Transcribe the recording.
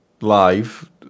Live